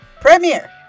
premiere